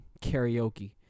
Karaoke